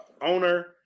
owner